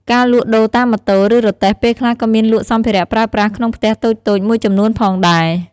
ការលក់ដូរតាមម៉ូតូ ឬរទេះពេលខ្លះក៏មានលក់សម្ភារៈប្រើប្រាស់ក្នុងផ្ទះតូចៗមួយចំនួនផងដែរ។